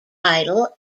idol